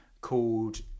called